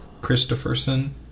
Christopherson